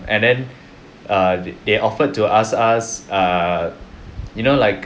and then err they they offered to us us err you know like